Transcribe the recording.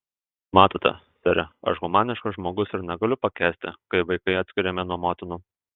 matote sere aš humaniškas žmogus ir negaliu pakęsti kai vaikai atskiriami nuo motinų